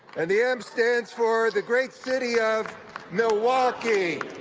and the m stands for the great city of milwaukee!